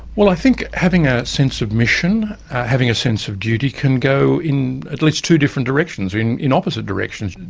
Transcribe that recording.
well i think having a sense of mission, having a sense of duty can go in at least two different directions, in in opposite directions.